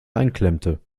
einklemmte